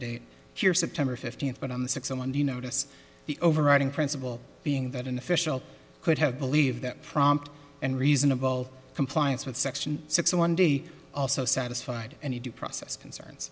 date here september fifteenth but on the six one day notice the overriding principle being that an official could have believed that prompt and reasonable compliance with section sixty one d also satisfied any due process concerns